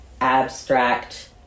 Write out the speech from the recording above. abstract